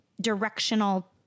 directional